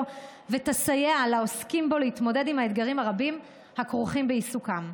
ותסייע לעוסקים בו להתמודד עם האתגרים הרבים הכרוכים בעיסוקם.